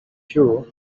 sure